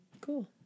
Cool